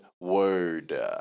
word